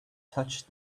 touched